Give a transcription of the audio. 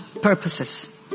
purposes